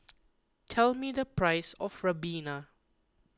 tell me the price of Ribena